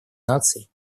наций